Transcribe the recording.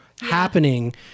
happening